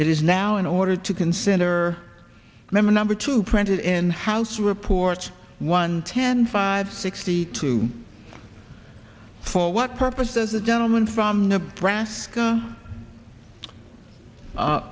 it is now in order to consider member number two printed in house report one ten five sixty two for what purpose does the gentleman from nebraska